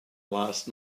last